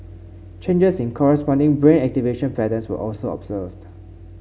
changes in corresponding brain activation patterns were also observed